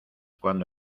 cuando